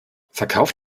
verkauft